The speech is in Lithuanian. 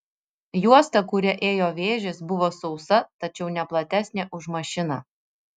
juosta kuria ėjo vėžės buvo sausa tačiau ne platesnė už mašiną